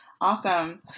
Awesome